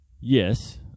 Yes